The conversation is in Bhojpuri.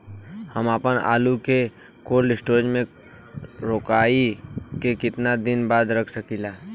हम आपनआलू के कोल्ड स्टोरेज में कोराई के केतना दिन बाद रख साकिले?